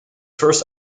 first